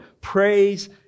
praise